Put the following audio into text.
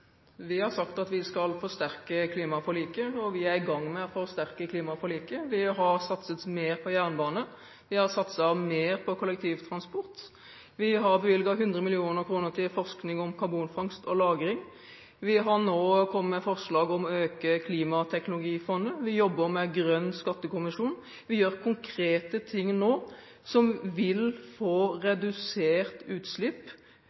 Vi har sagt at vi skal forsterke klimaforliket, og vi er i gang med å forsterke klimaforliket. Vi har satset mer på jernbane, vi har satset mer på kollektivtransport, og vi har bevilget 100 mill. kr til forskning om karbonfangst og -lagring. Vi har nå kommet med forslag om å øke klimateknologifondet, vi jobber med Grønn skattekommisjon, vi gjør konkrete ting nå som vil gi reduserte utslipp